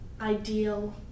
ideal